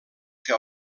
que